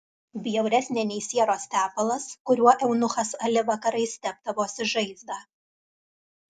bjauresnė nei sieros tepalas kuriuo eunuchas ali vakarais tepdavosi žaizdą